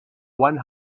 one